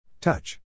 Touch